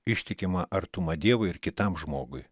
ištikimą artumą dievui ir kitam žmogui